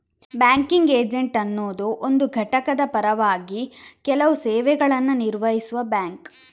banking agent ಅನ್ನುದು ಒಂದು ಘಟಕದ ಪರವಾಗಿ ಕೆಲವು ಸೇವೆಗಳನ್ನ ನಿರ್ವಹಿಸುವ ಬ್ಯಾಂಕ್